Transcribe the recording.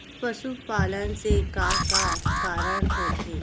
पशुपालन से का का कारण होथे?